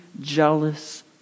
jealous